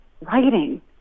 writing